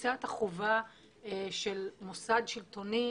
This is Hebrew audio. בתפיסת החובה של מוסד שלטוני,